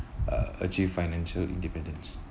uh achieve financial independence